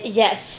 yes